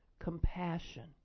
Compassion